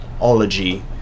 ology